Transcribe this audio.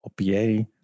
OPA